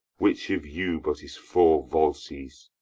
which of you but is four volsces?